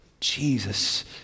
Jesus